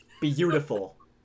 beautiful